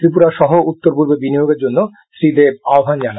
ত্রিপুরা সহ উত্তর পূর্বে বিনিয়োগের জন্য শ্রী দেব আহবান জানান